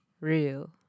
real